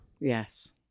Yes